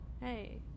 hey